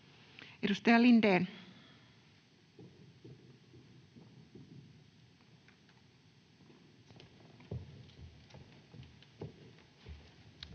Edustaja Lindén.